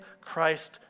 Christ